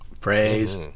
Praise